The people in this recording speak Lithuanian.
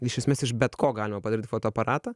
iš esmės iš bet ko galima padaryt fotoaparatą